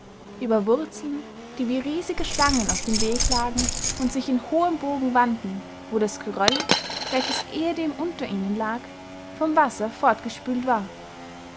über wurzeln die wie riesige schlangen auf dem weg lagen und sich in hohem bogen wanden wo das geröll welches ehedem unter ihnen lag vom wasser fortgespült war